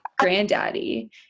granddaddy